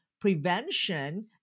prevention